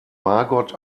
margot